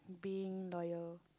being loyal